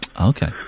Okay